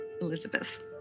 Elizabeth